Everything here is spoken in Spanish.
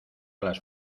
las